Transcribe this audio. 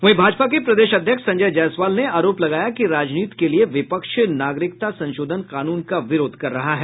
वहीं भाजपा के प्रदेश अध्यक्ष संजय जायसवाल ने आरोप लगाया कि राजनीति के लिये विपक्ष नागरिकता संशोधन कानून का विरोध कर रहा है